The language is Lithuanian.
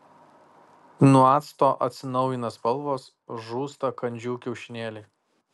nuo acto atsinaujina spalvos žūsta kandžių kiaušinėliai